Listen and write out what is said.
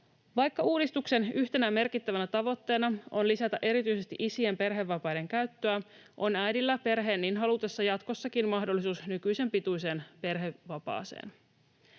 Vaikka uudistuksen yhtenä merkittävänä tavoitteena on lisätä erityisesti isien perhevapaiden käyttöä, on äidillä perheen niin halutessa jatkossakin mahdollisuus nykyisen pituiseen perhevapaaseen.